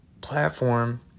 platform